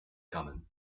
common